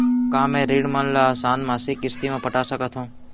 का मैं ऋण मन ल आसान मासिक किस्ती म पटा सकत हो?